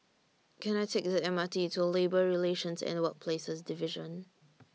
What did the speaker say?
Can I Take The M R T to Labour Relations and Workplaces Division